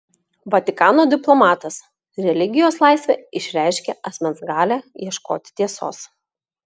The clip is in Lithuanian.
vatikano diplomatas religijos laisvė išreiškia asmens galią ieškoti tiesos